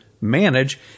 manage